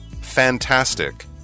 Fantastic